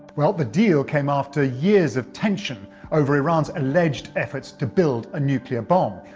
well the deal came after years of tension over iran's alleged efforts to build a nuclear bomb.